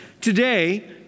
today